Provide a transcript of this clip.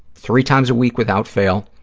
three times a week, without fail,